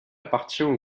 appartient